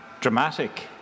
dramatic